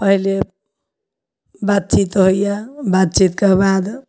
पहले बातचीत होइए बातचीतके बाद